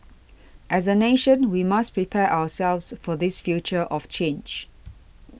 as a nation we must prepare ourselves for this future of change